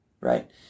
right